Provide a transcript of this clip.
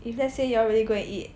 if let's say you all really go and eat